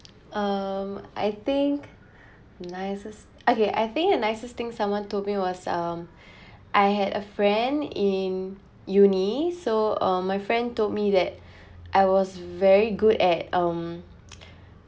um I think nicest okay I think a nicest thing someone told me was um I had a friend in uni so um my friend told me that I was very good at um